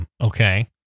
okay